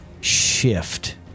shift